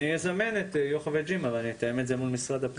אני אזמן את יוחאי וג'ימה ואני אתאם את זה מול משרד הפנים.